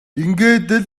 ингээд